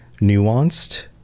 nuanced